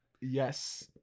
Yes